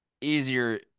easier